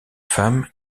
femme